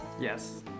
Yes